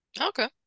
okay